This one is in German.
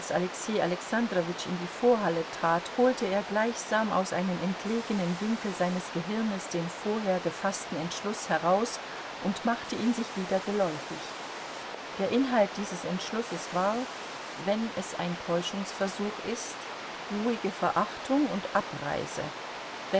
alexei alexandrowitsch in die vorhalle trat holte er gleichsam aus einem entlegenen winkel seines gehirnes den vorher gefaßten entschluß heraus und machte ihn sich wieder geläufig der inhalt dieses entschlusses war wenn es ein täuschungsversuch ist ruhige verachtung und abreise